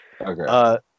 Okay